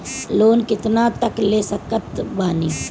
Loan कितना तक ले सकत बानी?